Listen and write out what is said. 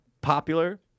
popular